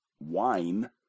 Wine